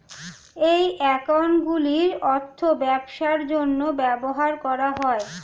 এই অ্যাকাউন্টগুলির অর্থ ব্যবসার জন্য ব্যবহার করা হয়